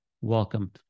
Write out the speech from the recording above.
Welcome